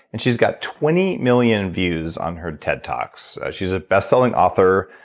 and she's got twenty million views on her ted talks she's a best selling author,